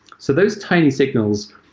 so those tiny signals,